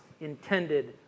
intended